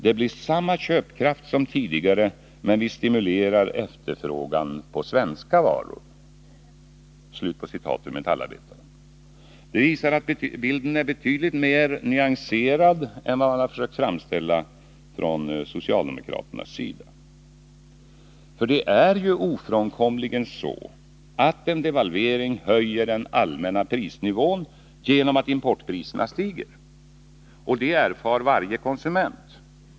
Det blir samma köpkraft som tidigare, men vi stimulerar efterfrågan på svenska varor.” Det visar att bilden är betydligt mer nyanserad än vad man sökt framställa den från socialdemokraternas sida. Det är ofrånkomligen så att en devalvering höjer den allmänna prisnivån genom att importpriserna stiger. Detta erfar varje konsument.